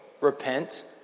repent